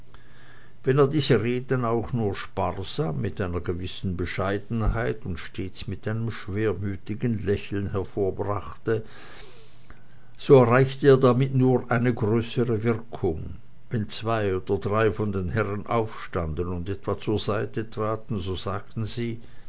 wenn er diese redensarten auch nur sparsam mit einer gewissen bescheidenheit und stets mit einem schwermütigen lächeln vorbrachte so erreichte er damit nur eine größere wirkung wenn zwei oder drei von den herren aufstanden und etwa zur seite traten so sagten sie